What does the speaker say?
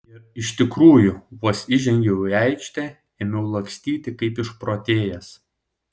ir iš tikrųjų vos įžengiau į aikštę ėmiau lakstyti kaip išprotėjęs